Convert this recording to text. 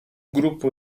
gruppo